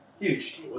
Huge